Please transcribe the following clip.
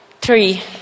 Three